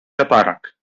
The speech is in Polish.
tatarak